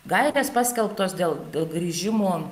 gairės paskelbtos dėl grįžimo